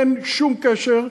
אין שום קשר.